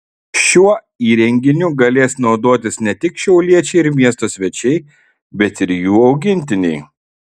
šiuo įrenginiu galės naudotis ne tik šiauliečiai ir miesto svečiai bet ir jų augintiniai